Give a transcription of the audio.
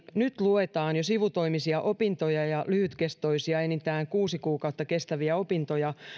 nyt aktiivisuusehtoihin luetaan jo sivutoimisia opintoja ja lyhytkestoisia enintään kuusi kuukautta kestäviä opintoja